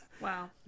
Wow